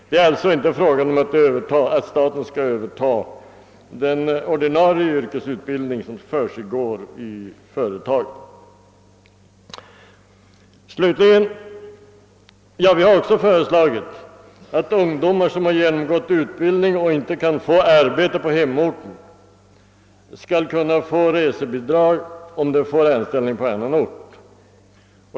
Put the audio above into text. — Det är alltså inte fråga om att staten skall överta den or dinarie yrkesutbildning som försiggår i företagen. Vi har också föreslagit att ungdomar som har genomgått utbildning men som inte kan erhålla arbete på hemorten skall kunna få resebidrag, om de erhåller anställning på annan ort.